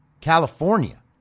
California